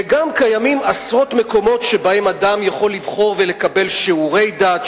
וגם קיימים עשרות מקומות שבהם אדם יכול לבחור ולקבל שיעורי דת,